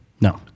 No